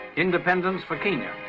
independence for kenya.